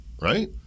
Right